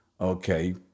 okay